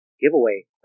giveaway